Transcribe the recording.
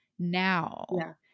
now